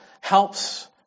helps